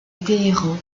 téhéran